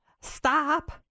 stop